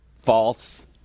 False